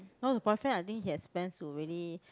no the boyfriend I think he has plans to really